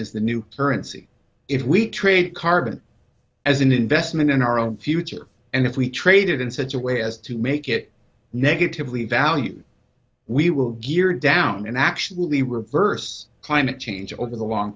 is the new currency if we trade carbon as an investment in our own future and if we traded in such a way as to make it negatively valued we will gear down and actually reverse climate change over the long